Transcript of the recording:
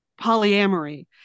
polyamory